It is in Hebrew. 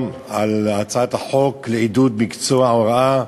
על הצעת החוק לעידוד מקצוע ההוראה.